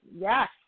Yes